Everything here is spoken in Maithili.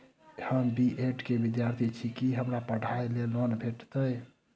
हम बी ऐड केँ विद्यार्थी छी, की हमरा पढ़ाई लेल लोन भेटतय?